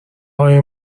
های